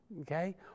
Okay